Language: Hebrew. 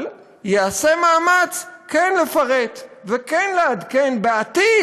אבל ייעשה מאמץ לפרט ולעדכן בעתיד,